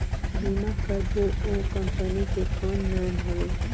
बीमा करबो ओ कंपनी के कौन नाम हवे?